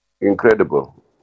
Incredible